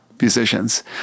musicians